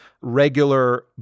regular